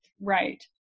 Right